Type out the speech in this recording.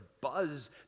buzz